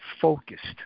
focused